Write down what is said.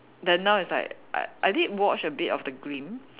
then now it's like I I did watch a bit of the grim